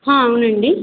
హా అవునండీ